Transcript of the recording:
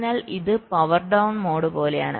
അതിനാൽ ഇത് power down mode പോലെയാണ്